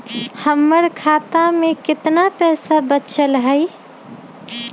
हमर खाता में केतना पैसा बचल हई?